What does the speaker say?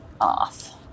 off